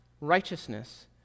righteousness